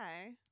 okay